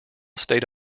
stayed